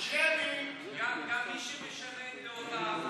גם מי שמשנה את דעותיו.